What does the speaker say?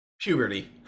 Puberty